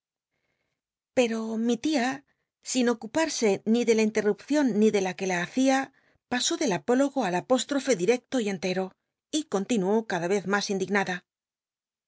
pero mi tia si n ocuparse ni de la inlcrrupcion ni de la qne la hacia pasó del apólogo al apóstrofe dirccto y cnlcro y con tinuó cada rcz mas indignada